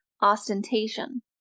ostentation